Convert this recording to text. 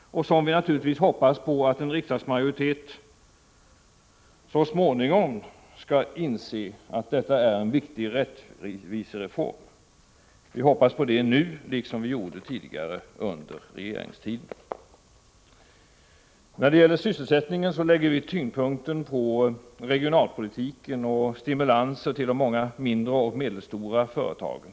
Vi hoppas givetvis att en riksdagsmajoritet så småningom skall inse att detta är en viktig rättvisereform. Det är vårt hopp nu liksom tidigare under regeringstiden. När det gäller sysselsättningen lägger vi tyngdpunkten på regionalpolitiken och stimulanser till de många mindre och medelstora företagen.